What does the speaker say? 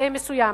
מסוים.